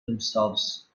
themselves